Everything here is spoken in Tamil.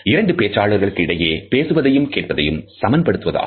இரண்டு பேச்சாளர்கள் இடையே பேசுவதையும் கேட்பதையும் சமன் படுத்துவதாகும்